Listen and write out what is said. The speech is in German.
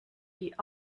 die